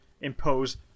impose